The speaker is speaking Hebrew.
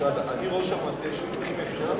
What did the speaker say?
(תיקון מס' 8), התש"ע 2009, נתקבל.